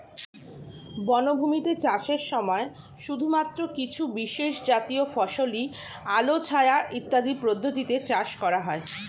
বনভূমিতে চাষের সময় শুধুমাত্র কিছু বিশেষজাতীয় ফসলই আলো ছায়া ইত্যাদি পদ্ধতিতে চাষ করা হয়